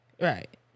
Right